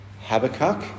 Habakkuk